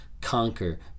conquer